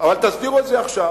אבל תסדירו את זה עכשיו.